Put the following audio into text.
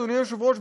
אדוני היושב-ראש,